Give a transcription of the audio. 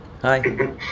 hi